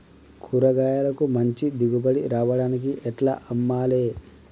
కూరగాయలకు మంచి దిగుబడి రావడానికి ఎట్ల అమ్మాలే?